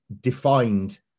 defined